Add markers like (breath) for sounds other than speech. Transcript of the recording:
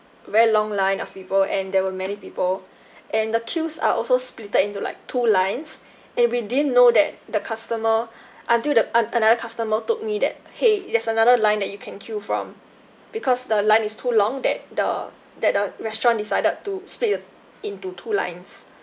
very long line of people and there were many people (breath) and the queues are also splitted into like two lines (breath) and we didn't know that the customer (breath) until the ano~ another customer told me that !hey! there's another line that you can queue from because the line is too long that the that the restaurant decided to split the into two lines